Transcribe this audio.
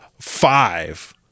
five